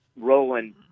Roland